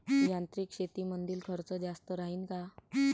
यांत्रिक शेतीमंदील खर्च जास्त राहीन का?